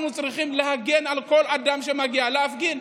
אנחנו צריכים להגן על כל אדם שמגיע להפגין,